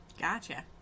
Gotcha